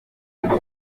aruko